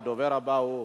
הדובר הבא הוא